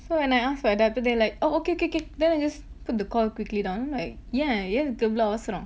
so when I ask my doctor they like oh okay K K then just put the call quickly down like ஏன் எதுக்கு இவ்ளோ அவசரம்:yaen ethukku ivlo avasaram